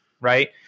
right